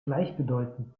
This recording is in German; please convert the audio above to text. gleichbedeutend